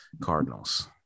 Cardinals